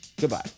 Goodbye